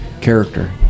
character